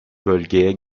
bölgeye